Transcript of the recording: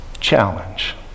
challenge